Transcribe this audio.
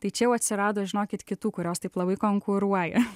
tai čia jau atsirado žinokit kitų kurios taip labai konkuruoja